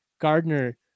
Gardner